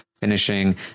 finishing